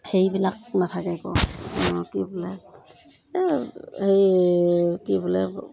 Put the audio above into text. সেইবিলাক নাথাকে একো কি বোলে এই হেৰি কি বোলে